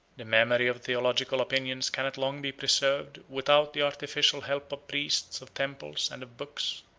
the memory of theological opinions cannot long be preserved, without the artificial helps of priests, of temples, and of books.